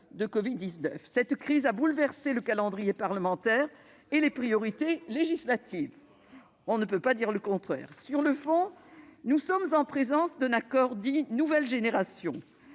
de covid ! Cette crise a bouleversé le calendrier parlementaire et les priorités législatives ; on ne peut pas dire le contraire. Si ! Sur le fond, nous sommes en présence d'un accord dit « de nouvelle génération